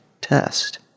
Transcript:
test